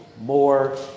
more